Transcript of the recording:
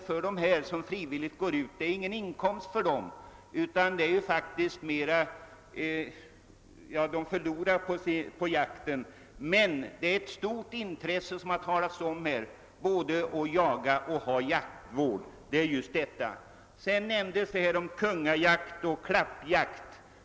För dem som frivilligt går ut och jagar ger väl jakten ingen inkomst, utan de förlorar på jakten, men de hyser ett stort intresse, såsom här har nämnts, både för jakt och för jaktvård. Här nämndes kungajakt och klappjakt.